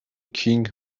کینگ